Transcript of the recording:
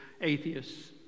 atheists